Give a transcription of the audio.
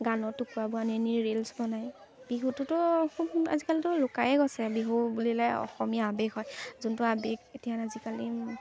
গানৰ টুকুৰাবোৰ আনি আনি ৰিলচ বনায় বিহুটোতো আজিকালিতো লুকাই গৈছে বিহু বুলিলে অসমীয়া আৱেগ হয় যোনটো আৱেগ এতিয়া আজিকালি